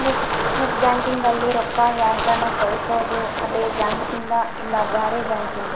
net banking ಅಲ್ಲಿ ರೊಕ್ಕ ಯಾರ್ಗನ ಕಳ್ಸೊದು ಅದೆ ಬ್ಯಾಂಕಿಂದ್ ಇಲ್ಲ ಬ್ಯಾರೆ ಬ್ಯಾಂಕಿಂದ್